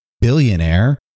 billionaire